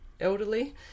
elderly